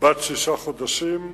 בת שישה חודשים,